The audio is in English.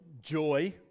joy